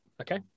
Okay